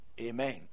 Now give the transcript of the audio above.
Amen